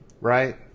Right